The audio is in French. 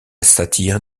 satire